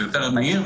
זה יותר מהיר,